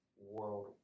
world